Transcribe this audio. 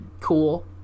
cool